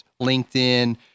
LinkedIn